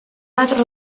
bat